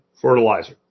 fertilizer